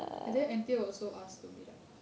and then anthea also asked to meet up